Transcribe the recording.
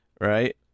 right